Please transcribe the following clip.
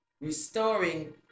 restoring